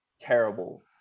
Terrible